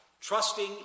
trusting